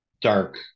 dark